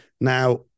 Now